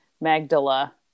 Magdala